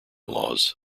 laws